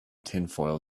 tinfoil